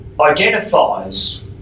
identifies